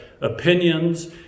opinions